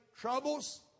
troubles